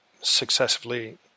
successively